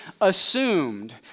assumed